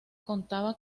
contaba